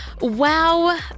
Wow